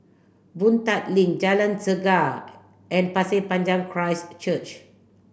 Boon Tat Link Jalan Chegar and Pasir Panjang Christ Church